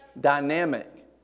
dynamic